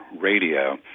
radio